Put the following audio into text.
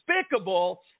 despicable